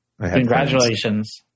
Congratulations